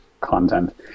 content